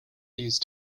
these